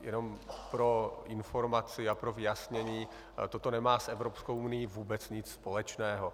Jenom pro informaci a pro vyjasnění: toto nemá s Evropskou unií vůbec nic společného.